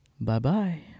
Bye-bye